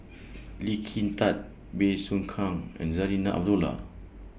Lee Kin Tat Bey Soo Khiang and Zarinah Abdullah